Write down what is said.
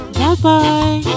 Bye-bye